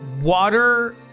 water